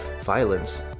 violence